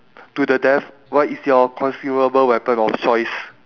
to the death what is your considerable weapon of choice